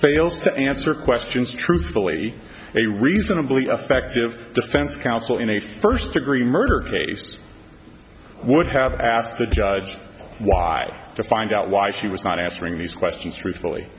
fails to answer questions truthfully a reasonably effective defense counsel in a first degree murder case would have asked the judge why to find out why she was not answering these questions truthfully